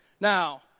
Now